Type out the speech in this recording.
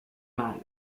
mâles